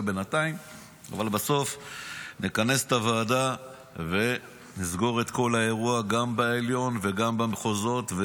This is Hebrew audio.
אבל בסוף נכנס את הוועדה ונסגור את כל האירוע גם בעליון וגם במחוזות.